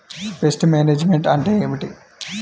Pest management అంటే ఏమిటి?